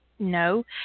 no